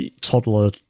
toddler